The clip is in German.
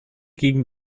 gegen